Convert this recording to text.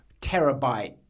terabyte